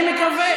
אני מקווה.